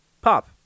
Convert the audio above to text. pop